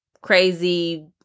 crazy